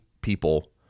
people